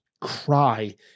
cry